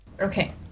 Okay